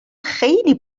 خیلی